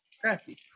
crafty